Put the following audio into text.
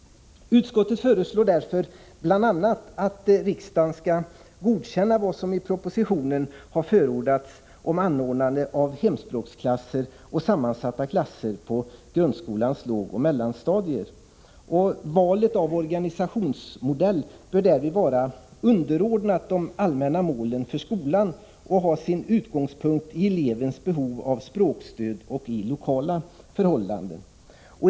Utskottet föreslår därför bl.a. att riksdagen godkänner vad som i propositionen förordats om anordnande av hemspråksklasser och sammansatta klasser på grundskolans lågoch mellanstadier. Valet av organisationsmodell bör därvid vara underordnat de allmänna målen för skolan och ha sin utgångspunkt i elevens behov av språkstöd och i lokala förhållanden.